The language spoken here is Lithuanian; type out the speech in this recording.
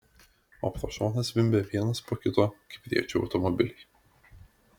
o pro šoną zvimbia vienas po kito kipriečių automobiliai